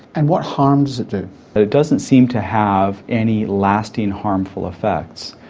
and what harm does it do? it it doesn't seem to have any lasting harmful effects.